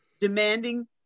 demanding